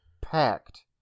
packed